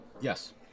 Yes